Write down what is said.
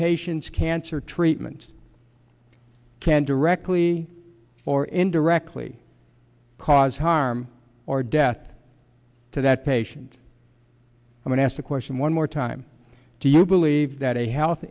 patient's cancer treatment can directly or indirectly cause harm or death to that patient when asked the question one more time do you believe that a health